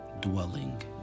dwelling